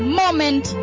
moment